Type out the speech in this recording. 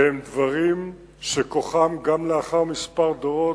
והם דברים שכוחם, גם לאחר כמה דורות,